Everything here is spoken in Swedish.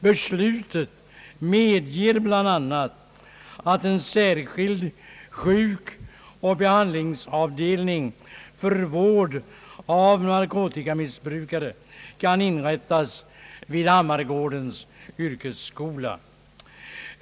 Beslutet medger bl.a. att en särskild sjukoch behandlingsavdelning för vård av narkotikamissbrukare kan inrättas vid Hammargårdens yrkesskola.